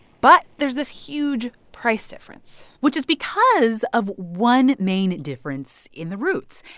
but there's this huge price difference which is because of one main difference in the roots.